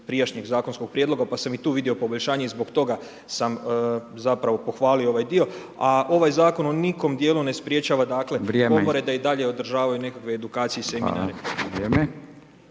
prijašnjeg zakonskog prijedloga pa sam i tu vidio poboljšanje i zbog toga sam zapravo pohvalio ovaj dio. A ovaj zakon u ni kojem dijelu ne sprječava dakle komore da i dalje održavaju nekakve edukacije i seminare.